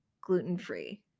gluten-free